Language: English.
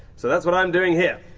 so that's what i'm doing here.